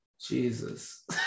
Jesus